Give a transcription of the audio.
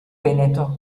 veneto